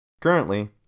Currently